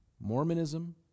Mormonism